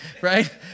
right